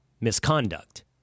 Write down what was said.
misconduct